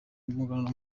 w’umuganura